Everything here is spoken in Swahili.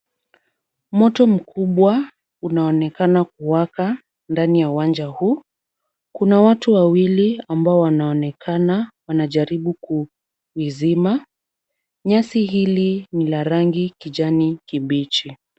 Moto mkubwa unaonekana kuwaka ndani ya uwanja huu. Kuna watu wawili ambao wanaonekana wanajaribu kuizima. Nyasi hili na la rangi kijani kibichi.